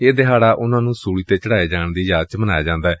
ਇਹ ਦਿਹਾਤਾ ਉਨੂਾਂ ਨੂੰ ਸੁਲੀ ਤੇ ਚੜਾਏ ਜਾਣ ਦੀ ਯਾਦ ਚ ਮਨਾਇਆ ਜਾਂਦੈ